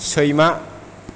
सैमा